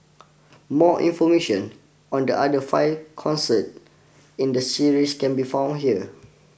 more information on the other five concert in the series can be found here